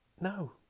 no